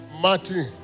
Martin